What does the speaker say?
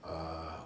err